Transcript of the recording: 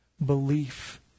belief